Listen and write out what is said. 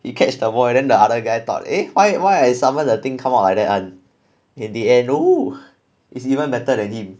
you catch the boy then the other guy thought eh why why I summon the thing come out like that [one] in the end he is even better than him